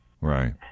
right